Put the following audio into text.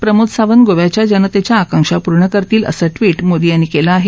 प्रमोद सावंत गोव्याच्या जनतेच्या आकांक्षा पूर्ण करतील असं ट्विट मोदी यांनी केलं आहे